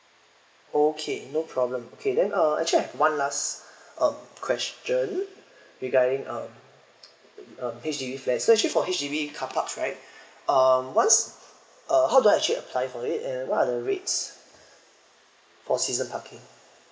okay no problem okay then uh actually I have one last uh question regarding uh uh H_D_B flat so actually for H_D_B carparks right uh once uh how do I actually apply for it and what are the rates for season parking